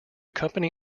company